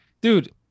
dude